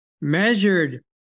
measured